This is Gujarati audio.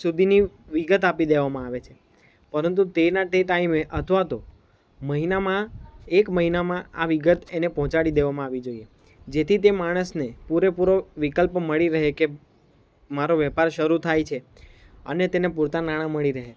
સુધીની વિગત આપી દેવામાં આવે છે પરંતુ તેના તે ટાઈમે અથવા તો મહિનામાં એક મહિનામાં આ વિગત એને પહોંચાડી દેવામાં આવવી જોઈએ જેથી તે માણસને પૂરેપૂરો વિકલ્પ મળી રહે કે મારો વેપાર શરૂ થાય છે અને તેને પૂરતા નાણાં મળી રહે